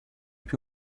più